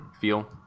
feel